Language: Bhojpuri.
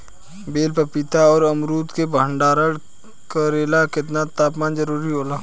बेल पपीता और अमरुद के भंडारण करेला केतना तापमान जरुरी होला?